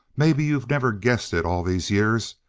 maybe you've never guessed it all these years.